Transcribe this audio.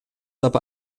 aber